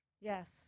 yes